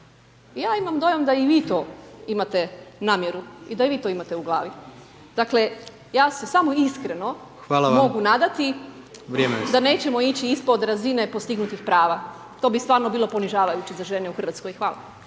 Ja imam dojam da i vi to imate namjeru i da i vi to imate u glavi. Dakle, ja se samo iskreno…/Upadica: Hvala vam/…mogu nadati…/Upadica: Vrijeme je isteklo/…da nećemo ići ispod razine postignutih prava, to bi stvarno bilo ponižavajuće za žene u RH. Hvala.